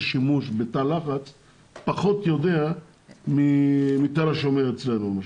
שימוש בתא לחץ יודע פחות מתל השומר אצלנו למשל,